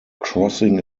crossing